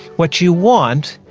what you want,